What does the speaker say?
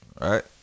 Right